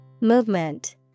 Movement